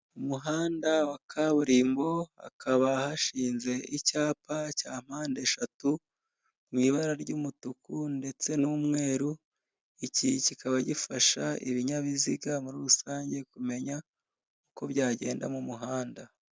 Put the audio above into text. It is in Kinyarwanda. Umuhanda wa kaburimbo hakaba hashinze icyapa cya mpande eshatu, mu ibara ry'umutuku ndetse n'umweru, iki kikaba gifasha ibinyabiziga muri rusange kumenya uko byagenda mu muhanda.